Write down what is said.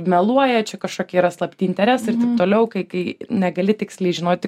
meluoja čia kažkokie yra slapti interesai ir taip toliau kai kai negali tiksliai žinoti